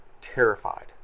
terrified